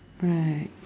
right